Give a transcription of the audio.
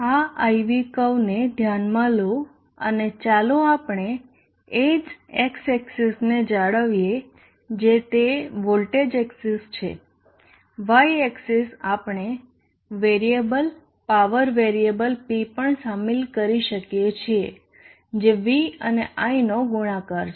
આ IV કર્વને ધ્યાનમાં લો અને ચાલો આપણે એ જ x એક્સીસને જાળવીએ જે તે વોલ્ટેજ એક્સીસ છે y એક્સીસ આપણે વેરીએબલ પાવર વેરીએબલ P પણ સામેલ કરી શકીએ છીએ જે v અને i નો ગુણાકાર છે